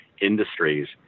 industries